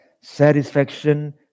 satisfaction